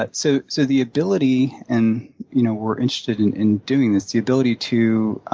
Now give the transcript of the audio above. but so so the ability, and you know we're interested in in doing this, the ability to